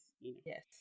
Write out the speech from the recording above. yes